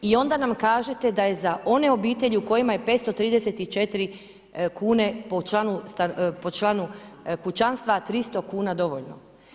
I onda nam kažete da je za one obitelji u kojima je 534 po članu kućanstva 300 kuna dovoljno?